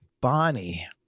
Bonnie